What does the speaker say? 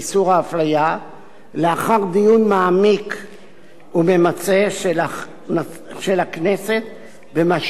לאחר דיון מעמיק וממצה של הכנסת במשמעות של הכללת איסור